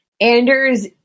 Anders